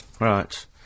Right